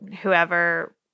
whoever –